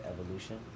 evolution